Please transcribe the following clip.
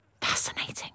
fascinating